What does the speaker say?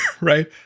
right